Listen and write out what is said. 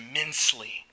immensely